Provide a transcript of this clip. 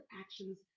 actions